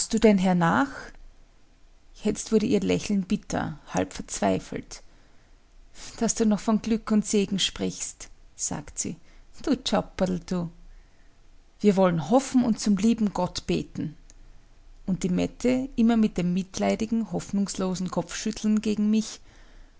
du denn hernach jetzt wurde ihr lächeln bitter halb verzweifelt daß du noch von glück und segen sprichst sagt sie du tschaperl du wir wollen hoffen und zum lieben gott beten und die mette immer mit dem mitleidigen hoffnungslosen kopfschütteln gegen mich